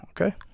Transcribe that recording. okay